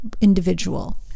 individual